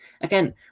Again